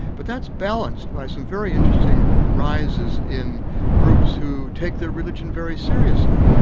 but that's balanced by some very interesting rises in groups who take their religion very seriously.